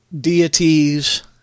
deities